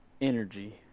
Energy